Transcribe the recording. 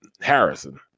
Harrison